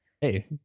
Hey